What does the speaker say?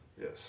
Yes